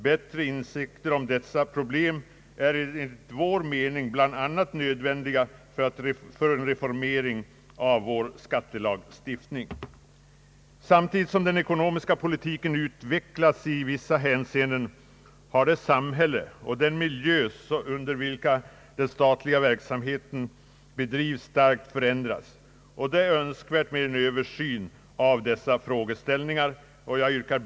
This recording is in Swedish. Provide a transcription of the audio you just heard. Bättre insikter om dessa problem är enligt vår mening nödvändiga bl.a. för reformeringen av vår skattelagstiftning. Samtidigt som den ekonomiska politiken utvecklats i vissa hänseenden har det samhälle och den miljö inom vilken den statliga verksamheten bedrives starkt förändrats. Det är önskvärt med en översyn av dessa frågeställningar.